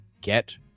get